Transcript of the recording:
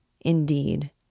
Indeed